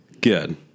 Good